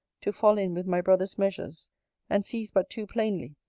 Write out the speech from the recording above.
to fall in with my brother's measures and sees but too plainly,